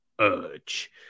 Urge